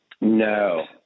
No